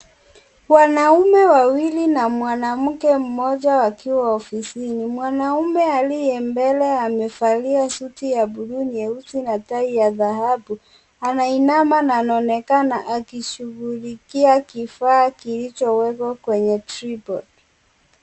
Wanaume wawili na mwanamke mmoja wakiwa ofisini. Mwanaume aliye mbele amevalia suti ya bluu nyeusi na tai ya dhahabu anainama na anaonekana akishughulikia kifaa kilichowekwa kwenye tripod .